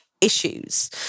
issues